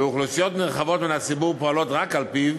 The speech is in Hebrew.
ואוכלוסיות נרחבות בה פועלות רק על-פיו,